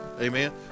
Amen